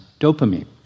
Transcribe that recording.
dopamine